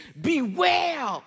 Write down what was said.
beware